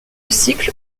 cycle